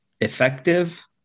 effective